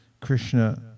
Krishna